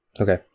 Okay